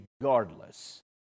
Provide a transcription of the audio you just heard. regardless